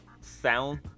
sound